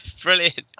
brilliant